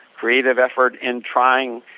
creative effort in trying,